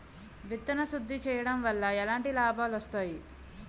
విత్తన శుద్ధి చేయడం వల్ల ఎలాంటి లాభాలు వస్తాయి?